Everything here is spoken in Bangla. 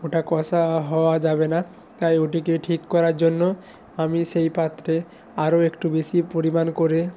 ওটা কষা হওয়া যাবে না তাই ওটিকে ঠিক করার জন্য আমি সেই পাত্রে আরও একটু বেশি পরিমাণ করে